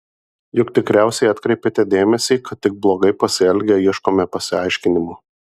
juk tikriausiai atkreipėte dėmesį kad tik blogai pasielgę ieškome pasiaiškinimų